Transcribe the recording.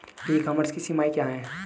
ई commerce की सीमाएं क्या हैं?